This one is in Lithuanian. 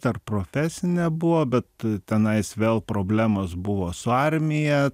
dar profesinė buvo bet tenais vėl problemos buvo su armija